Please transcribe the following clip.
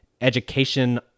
education